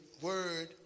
word